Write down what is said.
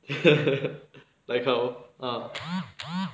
like how ah